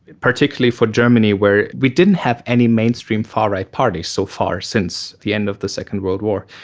particularly for germany where we didn't have any mainstream far right parties so far since the end of the second world war.